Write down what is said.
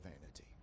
vanity